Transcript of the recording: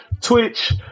Twitch